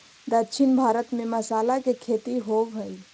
दक्षिण भारत में मसाला के खेती होवऽ हइ